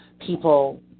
people